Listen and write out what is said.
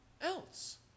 else